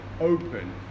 open